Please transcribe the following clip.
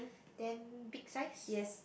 then big size